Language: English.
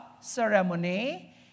ceremony